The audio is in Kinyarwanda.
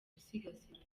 gusigasirwa